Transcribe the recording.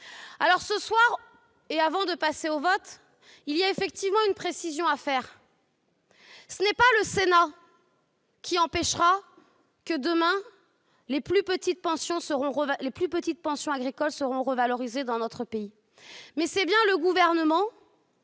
2020. Ce soir, avant de passer au vote, il faut apporter une précision : ce n'est pas le Sénat qui empêchera que, demain, les plus petites pensions agricoles soient revalorisées dans notre pays, mais c'est bien le Gouvernement